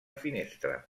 finestra